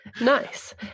Nice